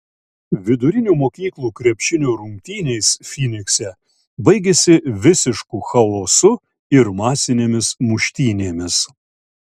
vidurinių mokyklų krepšinio rungtynės fynikse baigėsi visišku chaosu ir masinėmis muštynėmis